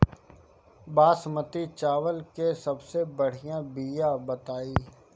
बासमती चावल के सबसे बढ़िया बिया बताई?